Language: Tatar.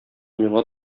миңа